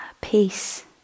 peace